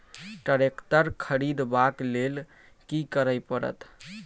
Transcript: Tractor खरीदबाक लेल की करय परत?